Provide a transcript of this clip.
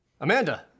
Amanda